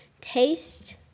taste